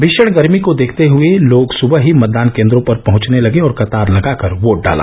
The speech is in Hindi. भीशण गर्मी को देखते हुये लोग सुबह ही मतदान केन्द्रो पर पहुंचने लगे और कतार लगाकर वोट डाला